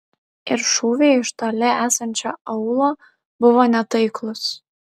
ir šūviai iš toli esančio aūlo buvo netaiklūs